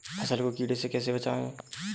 फसल को कीड़े से कैसे बचाएँ?